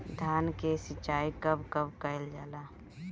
धान के सिचाई कब कब कएल जाला?